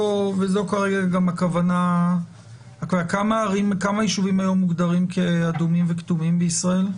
כמה ישובים היום מוגדרים אדומים וכתומים בישראל?